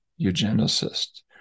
eugenicist